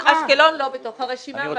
אשקלון לא בתוך הרשימה.